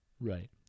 Right